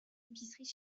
épiceries